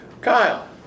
Kyle